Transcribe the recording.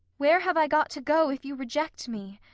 where have i got to go if you reject me?